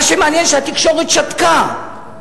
מה שמעניין שהתקשורת שתקה,